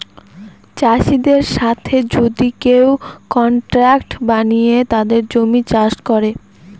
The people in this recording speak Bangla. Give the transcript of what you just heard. চাষীদের সাথে যদি কেউ কন্ট্রাক্ট বানিয়ে তাদের জমি চাষ করে